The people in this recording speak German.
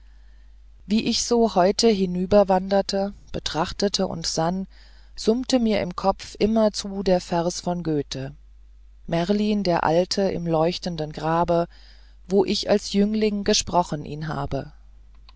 wie ich so heute hinüber wanderte betrachtete und sann summte mir im kopf immerzu der vers von goethe merlin der alte im leuchtenden grabe wo ich als jüngling gesprochen ihn habe